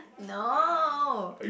no